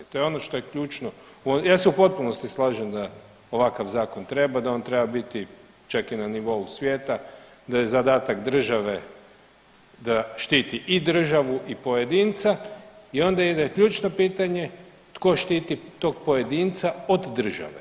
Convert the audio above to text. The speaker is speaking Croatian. To je ono što je ključno, ja se u potpunosti slažem da ovakav zakon treba, da on treba biti čak i na nivou svijeta, da je zadatak države da štiti i državu i pojedinca i onda ide ključno pitanje, tko štiti tog pojedinca od države?